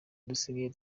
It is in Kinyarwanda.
dusigaye